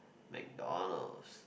MacDonald's